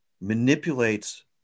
manipulates